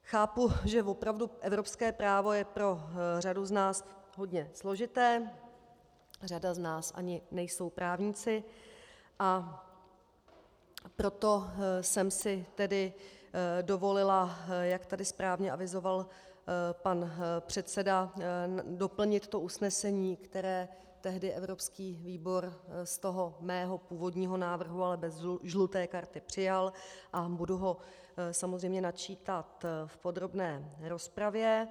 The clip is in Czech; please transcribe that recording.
Chápu, že opravdu evropské právo je pro řadu z nás hodně složité, řada z nás ani nejsou právníci, a proto jsem si tedy dovolila, jak tady správně avizoval pan předseda, doplnit to usnesení, které tehdy evropský výbor z toho mého původního návrhu, ale bez žluté karty přijal, a budu ho samozřejmě načítat v podrobné rozpravě.